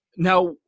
Now